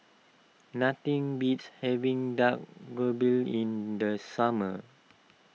nothing beats having Dak Galbi in the summer